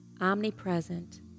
omnipresent